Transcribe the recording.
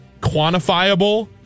quantifiable